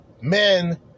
Men